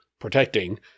protecting